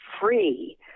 free